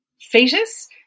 fetus